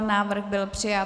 Návrh byl přijat.